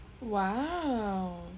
Wow